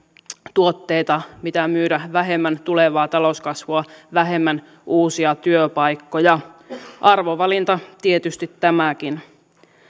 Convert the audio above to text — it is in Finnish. tuotteita mitä myydä vähemmän tulevaa talouskasvua vähemmän uusia työpaikkoja arvovalinta tietysti tämäkin